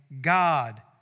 God